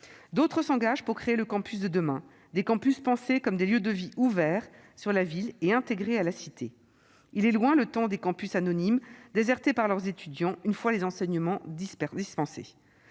D'autres s'engagent pour créer les campus de demain, des campus pensés comme des lieux de vie ouverts sur la ville et intégrés à la cité. Il est loin le temps des campus anonymes, désertés par leurs étudiants une fois les enseignements dispensés.